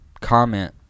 Comment